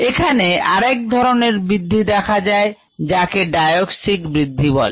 এখানে আর এক ধরনের বৃদ্ধি দেখা যায় যাকে diauxic বৃদ্ধি বলে